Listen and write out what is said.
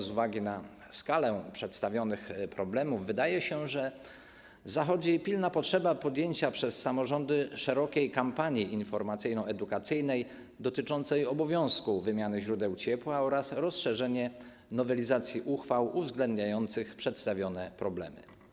Z uwagi na skalę przedstawionych problemów wydaje się, że zachodzi pilna potrzeba podjęcia przez samorządy szerokiej kampanii informacyjno-edukacyjnej dotyczącej obowiązku wymiany źródeł ciepła oraz rozszerzenia nowelizacji uchwał uwzględniających przedstawione problemy.